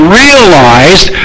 realized